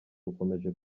ukomeje